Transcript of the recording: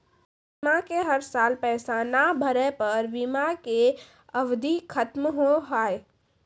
बीमा के हर साल पैसा ना भरे पर बीमा के अवधि खत्म हो हाव हाय?